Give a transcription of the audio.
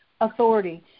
authority